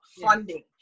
funding